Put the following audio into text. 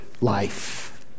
life